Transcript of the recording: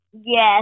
Yes